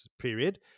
period